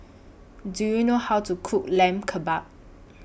Do YOU know How to Cook Lamb Kebabs